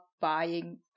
buying